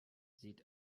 sieht